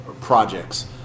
projects